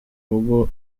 rugo